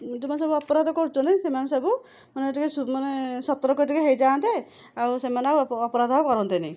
ଯେଉଁମାନେ ସବୁ ଅପରାଧ କରୁଛନ୍ତି ସେମାନେ ସବୁ ମାନେ ଟିକେ ମାନେ ସର୍ତକ ଟିକେ ହେଇଯାନ୍ତେ ଆଉ ସେମାନେ ଅପରାଧ ଆଉ କରନ୍ତେନାହିଁ